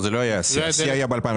זה לא היה השיא, השיא היה ב-2012.